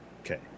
Okay